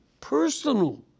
personal